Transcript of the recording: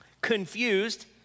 Confused